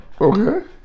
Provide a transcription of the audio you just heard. Okay